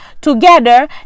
together